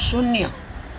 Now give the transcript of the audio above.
શૂન્ય